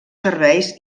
serveis